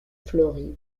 floride